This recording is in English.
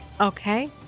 Okay